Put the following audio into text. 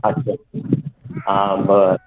अच्छा आं बरं